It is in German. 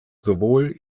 sowohl